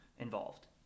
involved